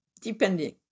depending